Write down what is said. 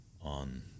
on